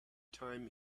time